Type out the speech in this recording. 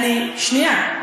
שנייה.